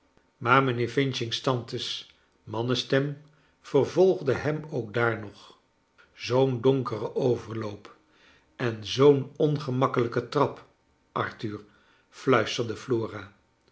maar mijnheer f's tante's mannenstem vervolgde hem ook daar nog zoo'n donkere overloop en zoo'n ongemakkelijke trap arthur fluisterde flora